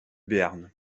béarn